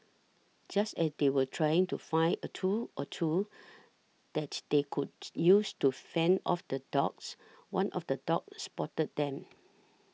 just as they were trying to find a tool or two that they could use to fend off the dogs one of the dogs spotted them